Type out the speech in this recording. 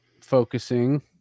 focusing